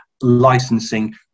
licensing